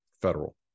federal